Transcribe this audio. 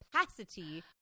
capacity